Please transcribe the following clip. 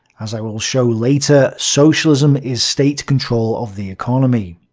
as i will show later, socialism is state-control of the economy.